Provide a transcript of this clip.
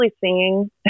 singing